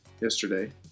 yesterday